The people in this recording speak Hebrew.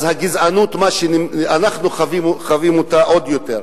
אנחנו חווים אותה עוד יותר.